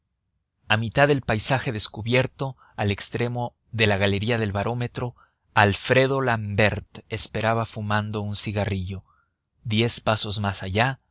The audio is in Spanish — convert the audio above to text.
a mitad del pasaje descubierto al extremo de la galería del barómetro alfredo l'ambert esperaba fumando un cigarrillo diez pasos más allá